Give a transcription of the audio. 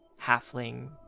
halfling